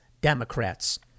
Democrats